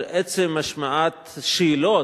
על עצם השמעת שאלות,